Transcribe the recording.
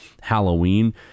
Halloween